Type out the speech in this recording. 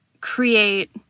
create